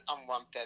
unwanted